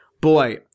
Boy